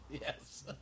Yes